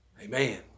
Amen